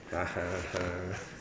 uh !huh! !huh!